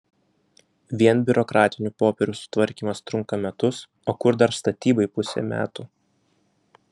vien biurokratinių popierių sutvarkymas trunka metus o kur dar statybai pusė metų